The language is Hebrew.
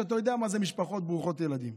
שאתה יודע מה זה משפחות ברוכות ילדים,